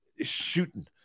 shooting